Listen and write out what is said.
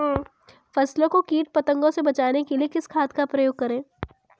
फसलों को कीट पतंगों से बचाने के लिए किस खाद का प्रयोग करें?